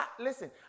listen